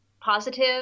positive